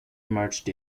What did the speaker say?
marched